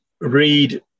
read